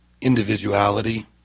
individuality